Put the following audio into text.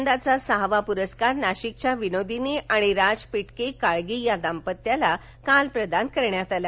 यंदाचा सहावा पुरस्कार नाशिकच्या विनोदिनी आणि राज पिटके काळगी या दाम्पत्याला काल प्रदान करण्यात आला